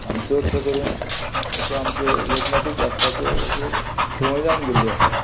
आनी चडसो करून असो आमचो लोकमतूच वाचपाचो असो संवय जावन गेल्ली आसा